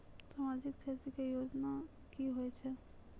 समाजिक क्षेत्र के योजना की होय छै?